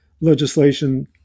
legislation